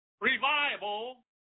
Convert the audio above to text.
revival